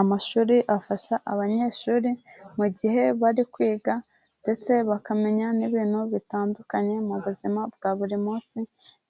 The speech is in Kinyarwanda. Amashuri afasha abanyeshuri mu gihe bari kwiga ndetse bakamenya n'ibintu bitandukanye mu buzima bwa buri munsi